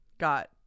got